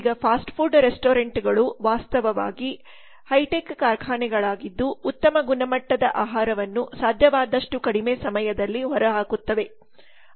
ಈಗ fast food ರೆಸ್ಟೋರೆಂಟ್ಗಳು ವಾಸ್ತವವಾಗಿ ಹೈಟೆಕ್ ಕಾರ್ಖಾನೆಗಳಾಗಿದ್ದು ಉತ್ತಮ ಗುಣಮಟ್ಟದ ಆಹಾರವನ್ನು ಸಾಧ್ಯವಾದಷ್ಟು ಕಡಿಮೆ ಸಮಯದಲ್ಲಿ ಹೊರಹಾಕುತ್ತವೆ